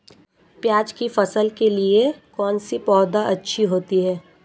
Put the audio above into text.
प्याज़ की फसल के लिए कौनसी पौद अच्छी होती है?